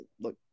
Look